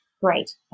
Great